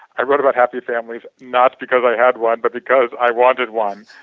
i wrote about happy families not because i had one but because i wanted one